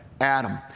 Adam